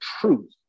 truth